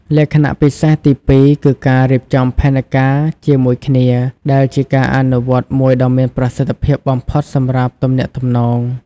លក្ខណៈពិសេសទីពីរគឺការរៀបចំផែនការជាមួយគ្នា ដែលជាការអនុវត្តមួយដ៏មានប្រសិទ្ធភាពបំផុតសម្រាប់ទំនាក់ទំនង។